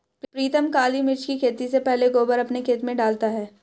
प्रीतम काली मिर्च की खेती से पहले गोबर अपने खेत में डालता है